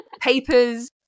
papers